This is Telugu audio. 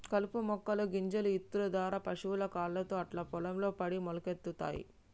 కలుపు మొక్కల గింజలు ఇత్తుల దారా పశువుల కాళ్లతో అట్లా పొలం లో పడి మొలకలొత్తయ్